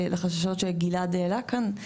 לחששות שגלעד העלה כאן,